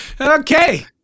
okay